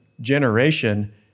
generation